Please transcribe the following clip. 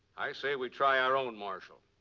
i say we try our own marshal.